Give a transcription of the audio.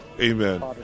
amen